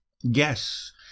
Yes